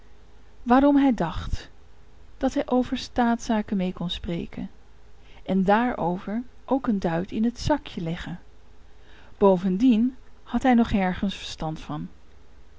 waarom hij dacht dat hij over staatszaken mee kon spreken en daarover ook een duit in het zakje leggen bovendien had hij nog ergens verstand van